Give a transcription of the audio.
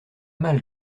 mal